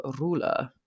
ruler